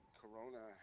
corona